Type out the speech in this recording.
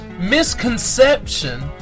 misconception